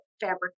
fabric